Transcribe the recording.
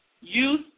youth